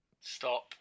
stop